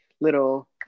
little